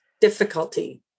difficulty